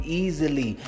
easily